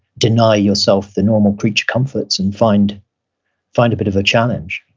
deny yourself the normal creature comforts and find find a bit of a challenge.